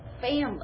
family